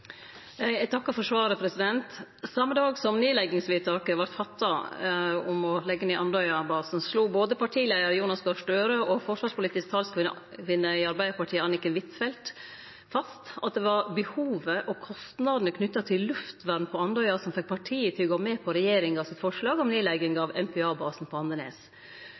Eg takkar for svaret. Same dagen som vedtaket om å leggje ned Andøya-basen vart fatta, slo både partileiar Jonas Gahr Støre og forsvarspolitisk talskvinne i Arbeidarpartiet Anniken Huitfeldt fast at det var behovet og kostnadene knytte til luftvern på Andøya som fekk partiet til å gå med på forslaget frå regjeringa om nedlegging av MPA-basen på Andenes.